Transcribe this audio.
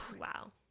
Wow